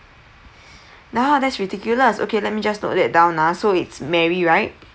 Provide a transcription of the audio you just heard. now that's ridiculous okay let me just note that down ah so it's mary right